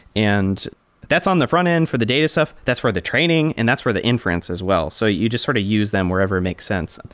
and that's on the frontend. for the data stuff, that's for the training, and that's for the inference as well. so you just sort of use them wherever it makes sense.